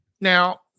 Now